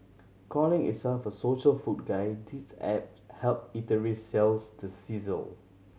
calling itself a social food guide this app help eateries sells the sizzle